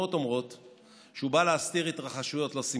בא להסתיר התרחשויות לא סימפתיות.